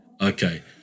Okay